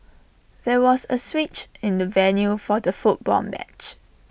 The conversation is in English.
there was A switch in the venue for the football match